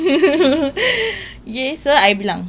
um ya